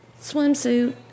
swimsuit